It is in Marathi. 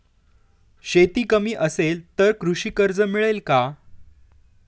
शेती कमी असेल तर कृषी कर्ज मिळेल का?